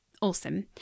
awesome